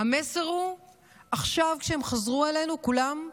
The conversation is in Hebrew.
המסר הוא שעכשיו כשהם חזרו אלינו כולם,